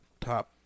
top